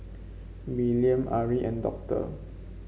Willaim Ari and Doctor